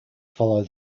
follow